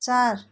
चार